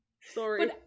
sorry